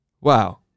Wow